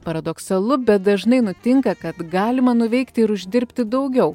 paradoksalu bet dažnai nutinka kad galima nuveikti ir uždirbti daugiau